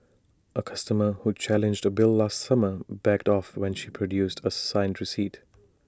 A customer who challenged A bill last summer backed off when she produced A signed receipt